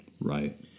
right